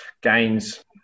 gains